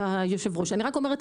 אני רק אומרת,